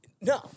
No